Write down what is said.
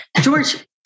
George